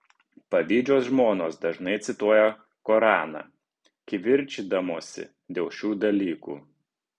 pavydžios žmonos dažnai cituoja koraną kivirčydamosi dėl šių dalykų